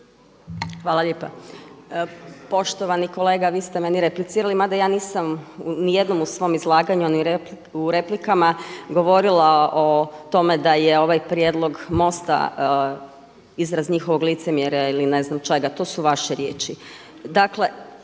Hvala predsjedniče. Poštovani kolega vi ste meni replicirali mada ja nisam nijednom u svom izlaganju u replikama govorila o tome da je ovaj prijedlog MOST-a izraz njihovog licemjerja ili ne znam čega, to su vaše riječi.